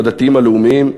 הדתיים הלאומיים,